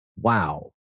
wow